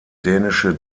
dänische